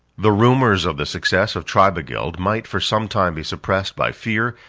the rumors of the success of tribigild might for some time be suppressed by fear,